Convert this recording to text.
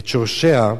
את שורשיה,